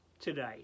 today